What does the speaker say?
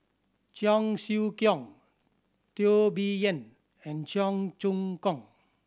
Cheong Siew Keong Teo Bee Yen and Cheong Choong Kong